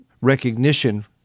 recognition